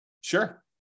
Sure